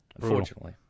Unfortunately